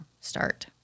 start